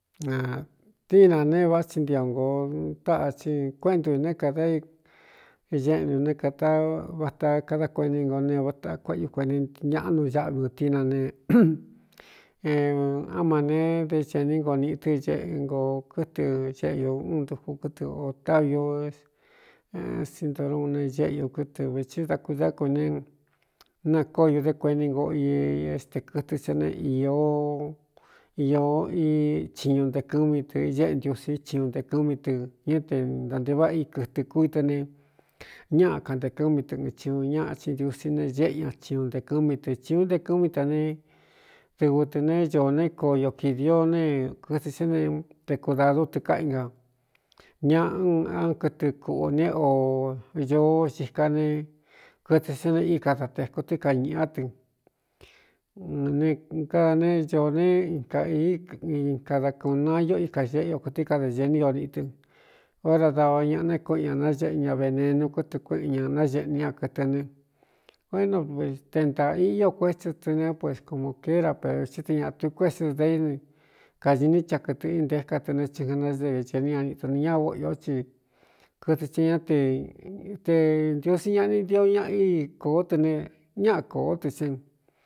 Natíinā ne váꞌá tsi ntioo nkōo taꞌa ci kuéꞌntu né kāda ñéꞌni ū né kta vata kada kueni nko ne vátakuéꞌe u kueni ñaꞌ nu ñáꞌvi ōtína ne á ma ne dé cēní ngo nīꞌi tɨ́ eꞌɨ nko kɨtɨ xeꞌe ñu ún ntuku kɨtɨ ō távi ú ésintorun ne ñéꞌu kɨtɨ vītsí da kudá kui ne nakoyo dé kuení ngoo i é ste kɨtɨ sá ne īo īō chiñu nte kɨ́mi tɨ iñéꞌe ntiusí chiñun nte kú́mí tɨ ñá te ntanteváꞌa i kɨtɨ kúitɨ ne ñáꞌa kante kɨ́mí tɨ chiñu ñaꞌa chin ntiusí ne ñéꞌe ña chiñu nte kɨ́mi tɨ ci ūn nte kɨmin tā ne dɨvɨ tɨ ne ñoo nē kooio kīdio nee kɨte sá ne tekudādú tɨ káꞌi nga ñaꞌ án kɨtɨ kuꞌū ne o ñoo xika ne kɨtɨ sá ne i kada tēku tɨ́ kañīꞌá tɨ nekaa ne ñoo ne n ka īí inkada kūꞌun na io íka ñeꞌe o kɨtɨ kada ñe ní io niꞌi tɨ óra dava ñaꞌa néé kueꞌen ña nañéꞌe ña venenu kɨtɨ kuéꞌen ña naeꞌní ña kɨ̄tɨ nɨ oénovte ntāā iꞌo kueta tɨ ne pues komū kéé ra per tɨ te ñāꞌa tu ku ése dain kāñi ní chakɨtɨ̄ꞌ i nté ka tɨ ne tsijanaievecení aniꞌ dan ña óꞌu īó tsi kɨtɨ tɨ ñá ete ntiusi ñaꞌa ni ntio ñaꞌa íi kōó tɨ ne ñáꞌa kōó tɨ xi.